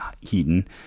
Heaton